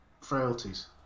frailties